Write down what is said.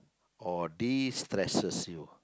or destresses you